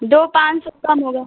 दो पाँच सौ कम होगा